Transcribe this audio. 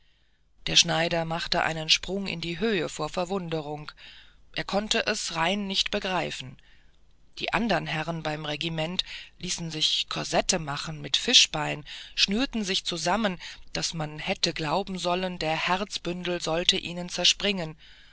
der schneider machte einen sprung in die höhe vor verwunderung er konnte es rein nicht begreifen die andern herren beim regiment ließen sich korsette machen mit fischbein schnürten sich zusammen daß man hätte glauben sollen der herzbündel wolle ihnen zerspringen